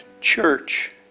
church